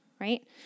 right